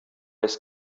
his